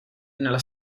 nella